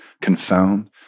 confound